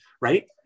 right